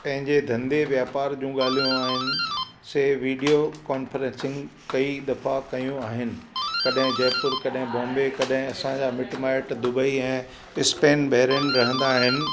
पंहिंजे धंधे वापार जूम ॻाल्हियूं आहिनि से वीडियो कॉन्फ़्रेंसिंग कई दफ़ा कयूं आहिनि कॾहिं जयपुर कॾहिं बोंबे कॾहिं असांजा मिट माइट दुबई ऐं स्पेन बेरिन रहंदा आहिनि